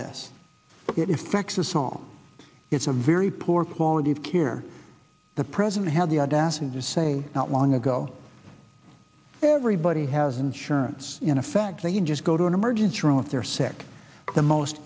this it effects the song it's a very poor quality of care the president had the audacity to say not long ago everybody has insurance in effect they just go to an emergency room if they're sick the most